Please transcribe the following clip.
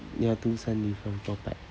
ya two cent different per pack